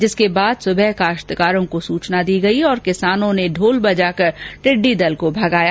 जिसके बाद सुबह काश्तकारों को सुचना दी गई और किसानों ने ढोल बजाकर टिड्डी दल को भगाया